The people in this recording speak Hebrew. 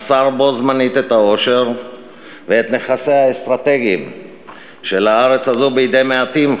מסר בו-זמנית את עושרה ואת נכסיה האסטרטגיים של הארץ הזו בידי מעטים,